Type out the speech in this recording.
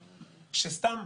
שסתם,